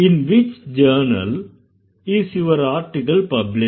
in which journal is your article published